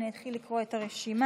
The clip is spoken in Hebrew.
אני אתחיל לקרוא את הרשימה: